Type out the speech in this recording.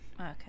Okay